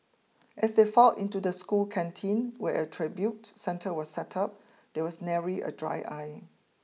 as they filed into the school canteen where a tribute centre was set up there was nary a dry eye